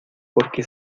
porque